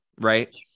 right